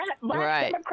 Right